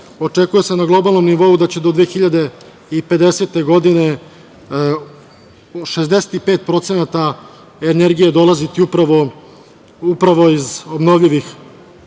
očekuje se na globalnom nivou da će do 2050. godine, 65% energije dolaziti upravo iz obnovljivih